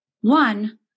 One